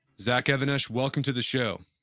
zach even-esh welcome to the show!